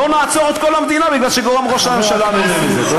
לא נעצור את כל המדינה כי גם ראש הממשלה נהנה מזה.